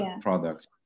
products